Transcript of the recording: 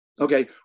okay